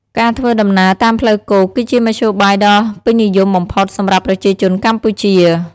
ការធ្វើដំណើរតាមផ្លូវគោកគឺជាមធ្យោបាយដ៏ពេញនិយមបំផុតសម្រាប់ប្រជាជនកម្ពុជា។